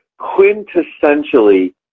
quintessentially